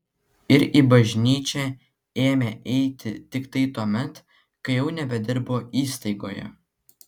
ir į bažnyčią ėmė eiti tiktai tuomet kai jau nebedirbo įstaigoje